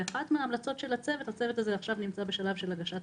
ואחת מהמלצות הצוות הצוות הזה נמצא בשלב של הגשת